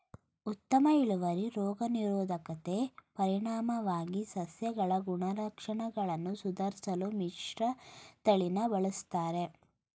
ಉತ್ತಮ ಇಳುವರಿ ರೋಗ ನಿರೋಧಕತೆ ಪರಿಣಾಮವಾಗಿ ಸಸ್ಯಗಳ ಗುಣಲಕ್ಷಣಗಳನ್ನು ಸುಧಾರ್ಸಲು ಮಿಶ್ರತಳಿನ ಬಳುಸ್ತರೆ